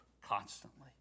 constantly